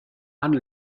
han